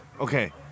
Okay